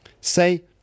say